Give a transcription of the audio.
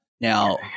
Now